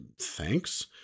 Thanks